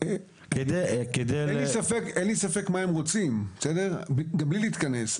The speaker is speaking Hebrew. אין לי ספק מה הם רוצים, מבלי להתכנס.